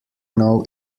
know